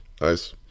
Nice